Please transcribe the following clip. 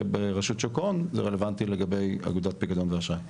וברשות שוק ההון זה רלוונטי אגודת פיקדון ואשראי.